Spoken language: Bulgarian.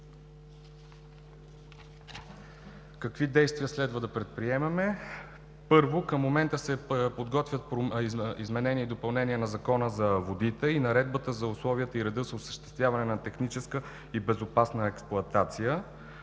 Какви действия следва да предприемаме? Първо, към момента се подготвят изменения и допълнения на Закона за водите и Наредбата за условията и реда за осъществяване на техническа и безопасна експлоатация.